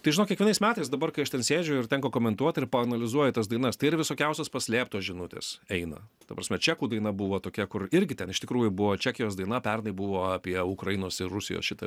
tai žinok kiekvienais metais dabar kai aš ten sėdžiu ir tenka komentuot ir paanalizuoji tas dainas tai yra visokiausios paslėptos žinutės eina ta prasme čekų daina buvo tokia kur irgi ten iš tikrųjų buvo čekijos daina pernai buvo apie ukrainos ir rusijos šitą